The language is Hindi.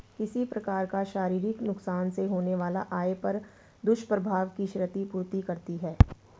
किसी प्रकार का शारीरिक नुकसान से होने वाला आय पर दुष्प्रभाव की क्षति पूर्ति करती है